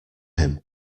him